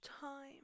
time